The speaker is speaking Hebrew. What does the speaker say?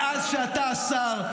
מאז שאתה שר,